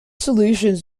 solutions